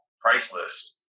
priceless